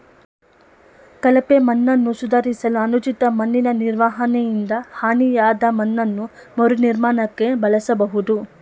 ಕಳಪೆ ಮಣ್ಣನ್ನು ಸುಧಾರಿಸಲು ಅನುಚಿತ ಮಣ್ಣಿನನಿರ್ವಹಣೆಯಿಂದ ಹಾನಿಯಾದಮಣ್ಣನ್ನು ಮರುನಿರ್ಮಾಣಕ್ಕೆ ಬಳಸ್ಬೋದು